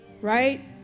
right